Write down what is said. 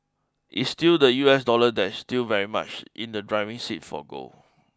it's still the U S dollar that is still very much in the driving seat for gold